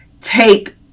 take